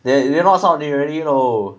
they they not 少女 already lor